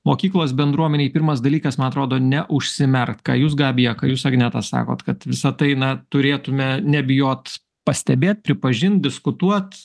mokyklos bendruomenėj pirmas dalykas man atrodo neužsimerkt ką jūs gabija ką jūs agneta sakot kad visa tai na turėtume nebijot pastebėt pripažint diskutuot